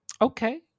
Okay